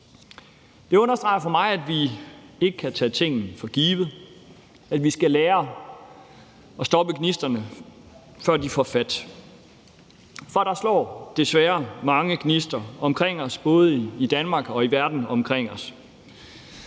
Det understreger for mig, at vi ikke kan tage tingene for givet, at vi skal lære at stoppe gnisterne, før de får fat, for det slår desværre gnister mange steder omkring os både i Danmark og i verden omkring os.